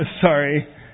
sorry